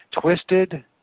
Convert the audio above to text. twisted